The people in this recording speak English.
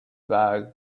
bag